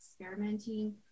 experimenting